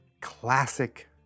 classic